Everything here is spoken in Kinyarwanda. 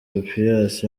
papias